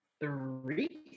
three